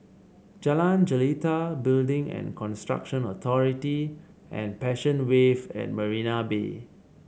Jalan Jelita Building and Construction Authority and Passion Wave at Marina Bay